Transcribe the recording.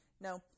no